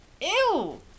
Ew